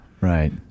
Right